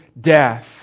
death